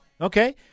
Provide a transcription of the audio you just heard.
Okay